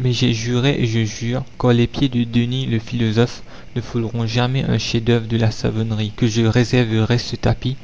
mais j'ai juré et je jure car les pieds de denis le philosophe ne fouleront jamais un chef-d'oeuvre de la savonnerie que je réserverai ce tapis